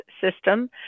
system